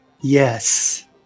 Yes